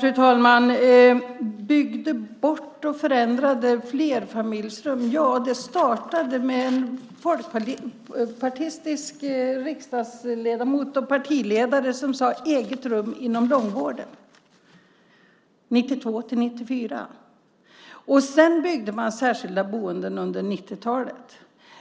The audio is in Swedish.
Fru talman! Det talades om att man byggde bort och förändrade flerfamiljsrum. Ja, det startade med en folkpartistisk riksdagsledamot och partiledare som sade: eget rum inom långvården. Det var 1992-1994. Sedan byggde man särskilda boenden under 90-talet.